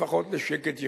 לפחות לשקט יחסי.